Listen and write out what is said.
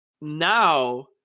now